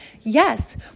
yes